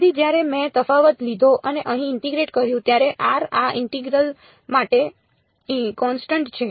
તેથી જ્યારે મેં તફાવત લીધો અને અહીં ઇન્ટીગ્રેટ કર્યું ત્યારે r આ ઇન્ટિગરલ માટે કોન્સટન્ટ છે